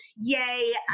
Yay